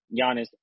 Giannis